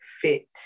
fit